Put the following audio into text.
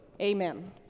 Amen